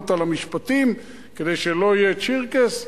אותה למשרד המשפטים כדי שלא יהיה "שירקס",